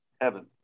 heaven